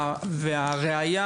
והראיה,